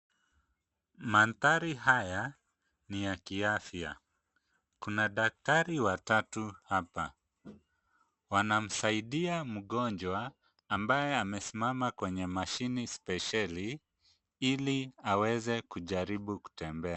Mandhari haya ni ya kiafya. Kuna daktari watatu hapa wanamsaidia mgonjwa ambaye amesimama kwenye mashini spesheli ili aweze kujaribu kutembea.